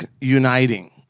uniting